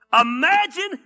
Imagine